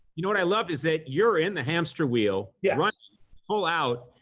you know, what i love is that you're in the hamster wheel yeah running full out,